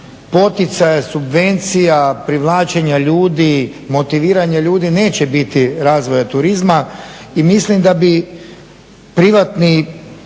poticaja, subvencija, privlačenja ljudi, motiviranja ljudi, neće biti razvoja turizma i mislim da bi privatni